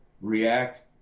react